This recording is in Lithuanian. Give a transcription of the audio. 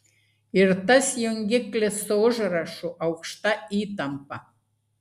ir tas jungiklis su užrašu aukšta įtampa